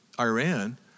Iran